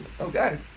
Okay